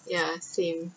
ya same